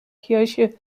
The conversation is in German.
kirche